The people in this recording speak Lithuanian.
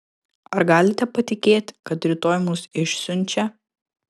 ar galite patikėti kad rytoj mus išsiunčia